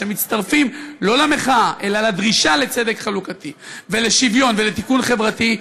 שיצטרפו לא למחאה אלא לדרישה לצדק חלוקתי ולשוויון ולתיקון חברתי,